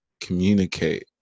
communicate